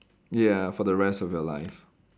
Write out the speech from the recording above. ya for the rest of your life